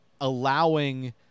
allowing